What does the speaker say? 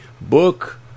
book